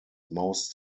most